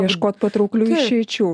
ieškot patrauklių išeičių